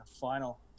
final